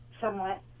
Somewhat